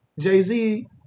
Jay-Z